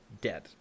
dead